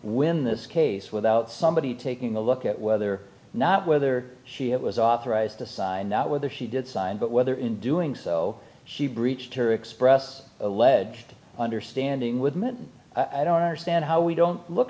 win this case without somebody taking a look at whether or not whether she was authorized to sign not whether she did sign but whether in doing so she breached her express alleged understanding with ms i don't understand how we don't look